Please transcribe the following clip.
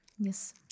Yes